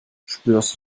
spürst